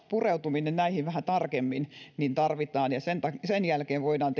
pureutumista näihin vähän tarkemmin tarvitaan ja sen jälkeen voidaan